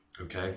Okay